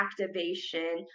activation